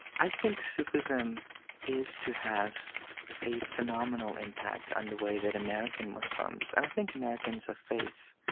i think sufism is to have a phenomenal impact on the way that american muslims, and i think americans of faith,